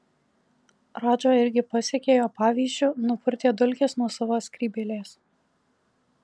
radža irgi pasekė jo pavyzdžiu nupurtė dulkes nuo savo skrybėlės